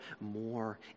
more